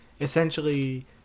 essentially